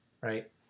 right